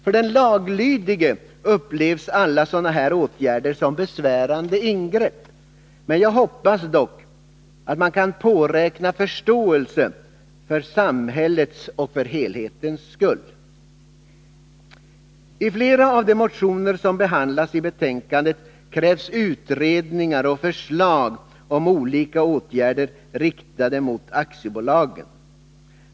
För den laglydige upplevs alla sådana här åtgärder som besvärande ingrepp, men jag hoppas ändå att man kan påräkna förståelse för samhällets och helhetens skull. I flera av de motioner som behandlas i betänkandet krävs utredningar och förslag om olika åtgärder riktade mot aktiebolagen.